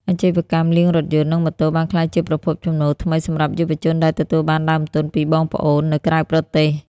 អាជីវកម្មលាងរថយន្ត និងម៉ូតូបានក្លាយជាប្រភពចំណូលថ្មីសម្រាប់យុវជនដែលទទួលបានដើមទុនពីបងប្អូននៅក្រៅប្រទេស។